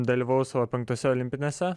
dalyvaus savo penktose olimpinėse